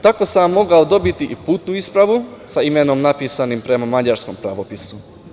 Tako sam mogao dobiti putnu ispravu sa imenom napisanim prema mađarskom pravopisu.